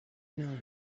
not